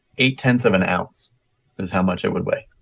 eight-tenths of an ounce. it is how much it would weigh,